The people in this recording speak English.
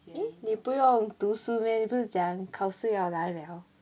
eh 你不用读书 meh 你不是讲考试要来了